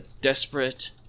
desperate